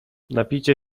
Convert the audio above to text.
napijcie